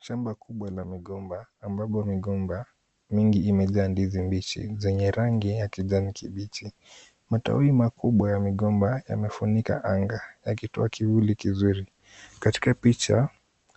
Shamba kubwa la migomba amayo migomba mingi imejaa ndizi mbichi zenye rangi ya kijani kibichi. Matawi makubwa ya migomba yamefunika anga yakitoa kivuli kizuri. Katika picha